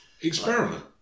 experiment